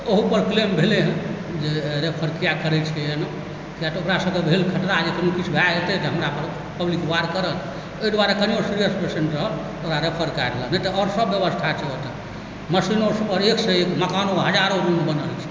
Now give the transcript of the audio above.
तऽ ओहुपर क्लेम भेलै हँ जे रेफर कियाक करैत छै एना कियाक तऽ ओकरा सबकेँ भेल कहीं किछु भए जेतैक तऽ हमरा पब्लिक वार करत ओहि दुआरे कनियो सीरियस पेशेन्ट रहल तऽ ओकरा रेफर कए देलक नहि तऽ आओर सब व्यवस्था छै ओतय मशीनो एक सँ एक मकानो हजारो रूम बनल छै